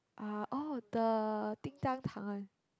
ah orh the 叮当糖